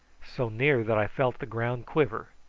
so near that i felt the ground quiver.